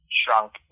shrunk